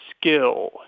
skill